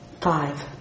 Five